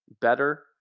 better